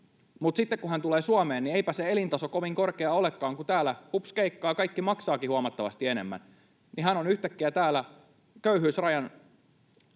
Mutta sitten kun hän tulee Suomeen, niin eipä se elintaso kovin korkea olekaan, kun täällä, hupskeikkaa, kaikki maksaakin huomattavasti enemmän, ja hän on yhtäkkiä täällä köyhyysrajan